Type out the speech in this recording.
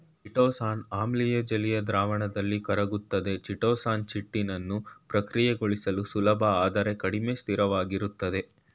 chitosan ಆಮ್ಲೀಯ ಜಲೀಯ ದ್ರಾವಣದಲ್ಲಿ ಕರಗ್ತದೆ ಚಿಟೋಸಾನ್ ಚಿಟಿನನ್ನು ಪ್ರಕ್ರಿಯೆಗೊಳಿಸಲು ಸುಲಭ ಆದರೆ ಕಡಿಮೆ ಸ್ಥಿರವಾಗಿರ್ತದೆ